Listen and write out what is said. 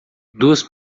duas